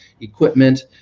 equipment